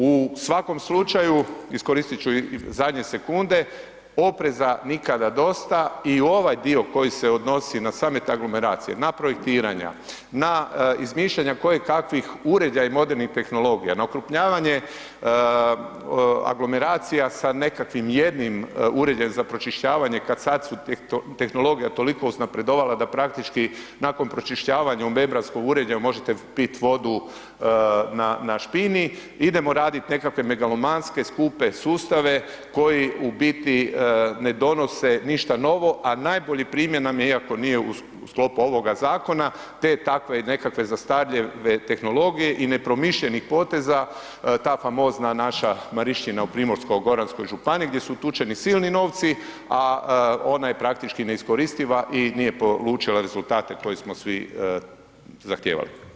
U svakom slučaju iskoristit ću i zadnje sekunde, opreza nikada dosta i u ovaj dio koji se odnosi na same te aglomeracije, na projektiranja, na izmišljanja koje kakvih uređaja i modernih tehnologija, na okrupnjavanje aglomeracija sa nekakvim jednim uređajem za pročišćavanje kad sad su, tehnologija toliko uznapredovala da praktički nakon pročišćavanja u … [[Govornik se ne razumije]] uređaju možete pit vodu na špini, idemo raditi nekakve megalomanske skupe sustave koji u biti ne donose ništa novo, a najbolji primjer nam je iako nije u sklopu ovoga zakona, te takve i nekakve zastarjele tehnologije i nepromišljenih poteza, ta famozna naša Marišćina u Primorsko-goranskoj županiji gdje su utučeni silni novci, a ona je praktički neiskoristiva i nije polučila rezultate koje smo svi zahtijevali.